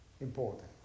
important